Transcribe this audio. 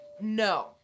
No